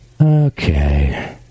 Okay